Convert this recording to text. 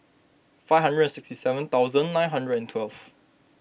five hundred and sixty seven thousand nine hundred and twelve